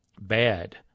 bad